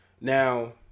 Now